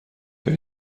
هایی